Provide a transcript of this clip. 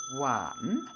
One